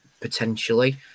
potentially